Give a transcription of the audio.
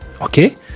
Okay